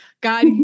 God